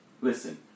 Listen